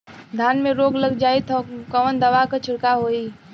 धान में रोग लग जाईत कवन दवा क छिड़काव होई?